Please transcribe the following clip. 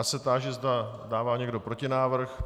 Já se táži, zda dává někdo protinávrh.